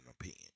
opinion